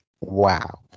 wow